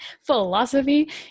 philosophy